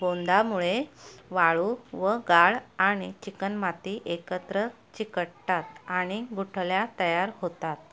गोंदामुळे वाळू व गाळ आणि चिकणमाती एकत्र चिकटतात आणि गुठळ्या तयार होतात